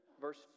Verse